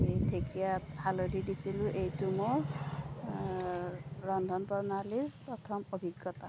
এই ঢেকীয়াত হালধি দিছিলোঁ এইটো মোৰ ৰন্ধন প্ৰণালীৰ প্ৰথম অভিজ্ঞতা